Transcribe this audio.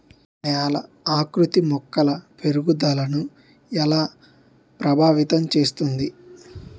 నేల ఆకృతి మొక్కల పెరుగుదలను ఎలా ప్రభావితం చేస్తుంది?